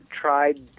tried